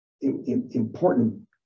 important